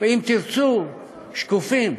ואם תרצו, שקופים.